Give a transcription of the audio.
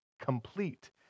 complete